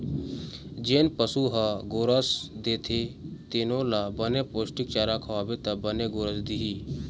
जेन पशु ह गोरस देथे तेनो ल बने पोस्टिक चारा खवाबे त बने गोरस दिही